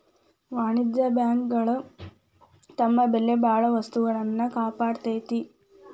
ವಾಣಿಜ್ಯ ಬ್ಯಾಂಕ್ ಗಳು ನಮ್ಮ ಬೆಲೆಬಾಳೊ ವಸ್ತುಗಳ್ನ ಕಾಪಾಡ್ತೆತಿ